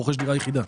הוא רוכש דירה יחידה.